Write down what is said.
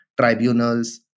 tribunals